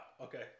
Okay